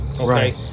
Okay